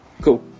Cool